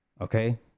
okay